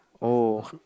oh